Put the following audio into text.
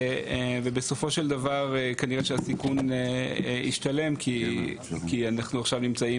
בסופו של דבר כנראה שהסיכון השתלם כי אנחנו עכשיו נמצאים